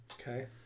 Okay